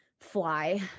fly